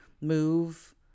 move